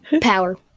Power